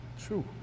True